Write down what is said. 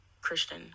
Christian